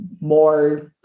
more